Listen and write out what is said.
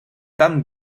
tan